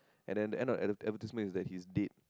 and then end up at the advertisement he's like he's dead